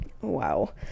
Wow